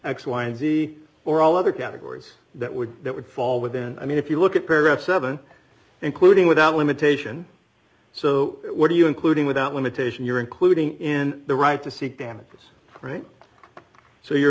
x y and z or all other categories that would that would fall within i mean if you look at paragraph seven including without limitation so what are you including without limitation you're including in the right to seek damages right so you're